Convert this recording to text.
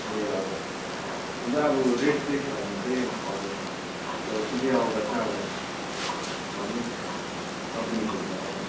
ए हजुर हुन्छ अब रेस्ट दिएक छ भने चाहिँ हजुर यो पछि आउँदा अब भन्नु नि डकुमेन्ट्सहरू लिएर आउनु